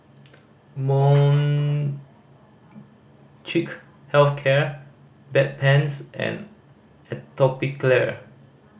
Molnylcke Health Care Bedpans and Atopiclair